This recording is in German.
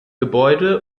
gebäude